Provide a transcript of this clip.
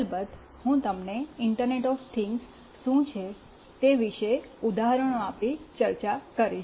અલબત્ત હું તમને ઈન્ટરનેટ ઓફ થિંગ્સ શું છે તે વિશે ઉદાહરણો આપી ચર્ચા કરીશ